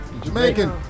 Jamaican